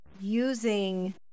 using